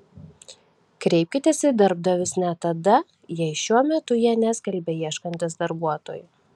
kreipkitės į darbdavius net tada jei šiuo metu jie neskelbia ieškantys darbuotojų